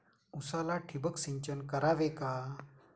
उसाला ठिबक सिंचन करावे का?